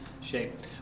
shape